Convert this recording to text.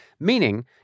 Meaning